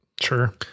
Sure